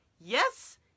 Yes